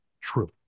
true